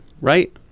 right